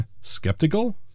Skeptical